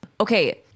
Okay